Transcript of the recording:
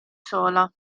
sola